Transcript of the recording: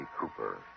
Cooper